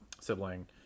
sibling